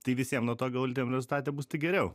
tai visiem nuo to galutiniam rezultate bus tik geriau